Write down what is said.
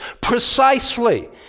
Precisely